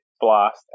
blast